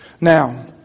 Now